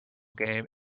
game